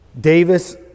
Davis